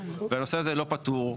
והנושא הזה לא פתור.